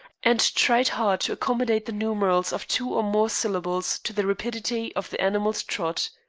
and tried hard to accommodate the numerals of two or more syllables to the rapidity of the animal's trot.